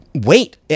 wait